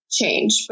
change